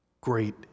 Great